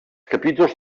capítols